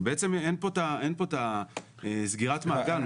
בעצם אין פה את סגירת המעגל.